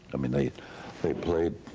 i mean they they played,